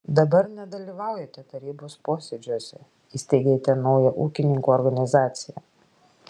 dabar nedalyvaujate tarybos posėdžiuose įsteigėte naują ūkininkų organizaciją